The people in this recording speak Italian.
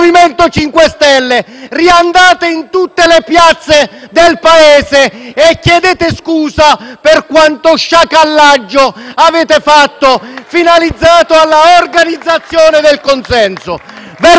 MoVimento 5 Stelle riandiate in tutte le piazze del Paese a chiedere scusa per quanto sciacallaggio avete fatto, finalizzato all'organizzazione del consenso.